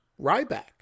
Ryback